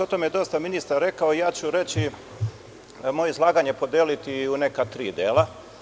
O tome je dosta ministar rekao,a ja ću moje izlaganje podeliti u neka tri dela.